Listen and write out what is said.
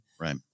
Right